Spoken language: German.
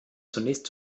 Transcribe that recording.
zunächst